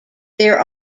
there